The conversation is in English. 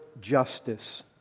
justice